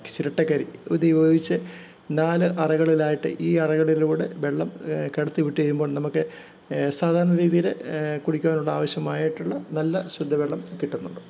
ചിരട്ടക്കരി ഇത് ഉപയോഗിച്ച് നാല് അറകളിലായിട്ട് ഈ അറകളിലൂടെ വെള്ളം കടത്തി വിട്ടു കഴിയുമ്പോൾ നമുക്ക് സാധാരണ രീതിയിൽ കുടിക്കുവാനുള്ള ആവശ്യമായിട്ടുള്ള നല്ല ശുദ്ധ വെള്ളം കിട്ടുന്നുണ്ട്